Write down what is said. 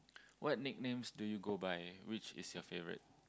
what nicknames do you go by which is your favourite